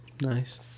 Nice